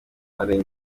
arenga